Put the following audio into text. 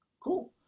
cool